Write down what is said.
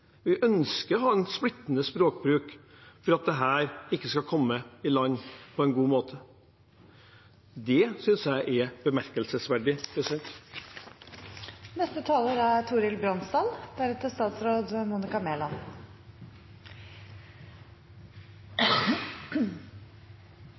vi tar viktige beslutninger i et demokratisk organ. Jeg reagerer på en språkbruk som er splittende, men det er tydeligvis helt bevisst – en ønsker å ha en splittende språkbruk for at dette ikke skal hales i land på en god måte. Det synes jeg